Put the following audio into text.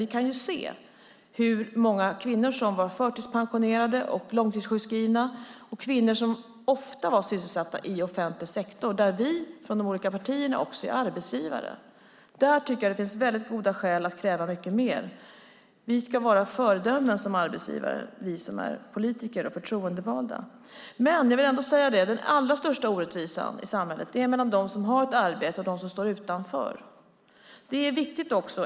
Vi kan ju se hur många kvinnor som var förtidspensionerade och långtidssjukskrivna, kvinnor som ofta var sysselsatta i offentlig sektor - där vi från de olika partierna är arbetsgivare. Där tycker jag att det finns goda skäl att kräva mycket mer. Vi som är politiker och förtroendevalda ska vara föredömen som arbetsgivare. Jag vill dock ändå säga att den allra största orättvisan i samhället är mellan dem som har ett arbete och dem som står utanför.